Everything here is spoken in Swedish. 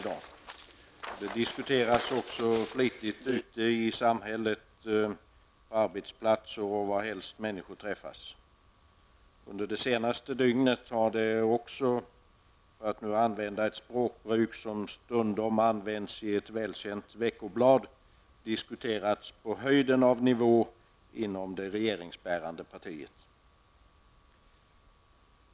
Det diskuteras också flitigt ute i samhället, på arbetsplatser och varhelst människor träffas. Under det senaste dygnet har det också, för att använda ett språkbruk som stundom används i ett välkänt veckoblad, diskuterats på höjden av nivå inom det regeringsbärande partiet.